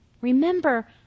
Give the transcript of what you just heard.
Remember